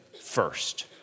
first